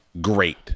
Great